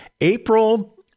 April